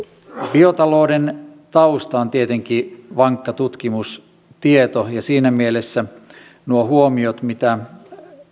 biotalouden tausta on tietenkin vankka tutkimustieto ja siinä mielessä nuo huomiot mitä